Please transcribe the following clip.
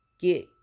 get